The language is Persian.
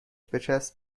بچسب